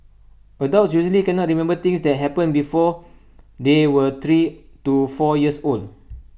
adults usually cannot remember things that happened before they were three to four years old